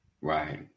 Right